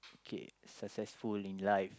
okay successful in life